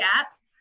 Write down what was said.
gaps